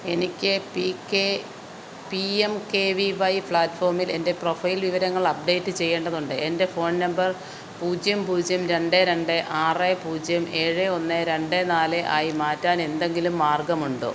എനിക്ക് P M K V Y പ്ലാറ്റ്ഫോമിൽ എൻ്റെ പ്രൊഫൈൽ വിവരങ്ങൾ അപ്ഡേറ്റ് ചെയ്യേണ്ടതുണ്ട് എൻ്റെ ഫോൺ നമ്പർ പൂജ്യം പൂജ്യം രണ്ട് രണ്ട് ആറ് പൂജ്യം ഏഴ് ഒന്ന് രണ്ട് നാല് ആയി മാറ്റാൻ എന്തെങ്കിലും മാർഗമുണ്ടോ